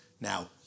Now